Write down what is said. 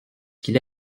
qu’il